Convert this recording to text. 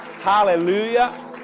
hallelujah